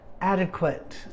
adequate